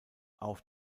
auf